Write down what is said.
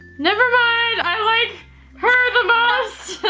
never mind, i like her the most.